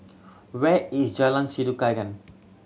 where is Jalan Sikudangan